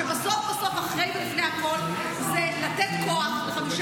שבסוף בסוף אחרי ולפני הכול זה לתת כוח ל-15